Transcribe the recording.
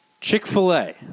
chick-fil-a